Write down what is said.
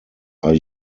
are